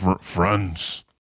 Friends